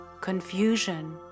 confusion